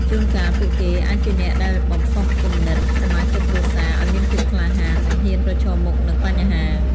ជួនកាលពួកគេអាចជាអ្នកដែលបំផុសគំនិតសមាជិកគ្រួសារឲ្យមានភាពក្លាហាន និងហ៊ានប្រឈមមុខនឹងបញ្ហា។